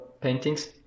paintings